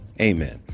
Amen